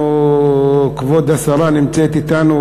כבוד השרה נמצאת אתנו,